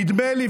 נדמה לי,